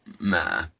Nah